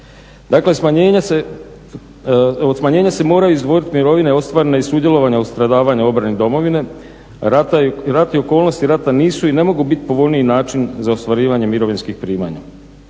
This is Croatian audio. Dakle, od smanjenja se mora izdvojiti mirovina i ostvarena od sudjelovanja u stradavanju obrane domovine, rata i okolnosti rata nisu i ne mogu biti povoljniji način za ostvarivanje mirovinskih prihoda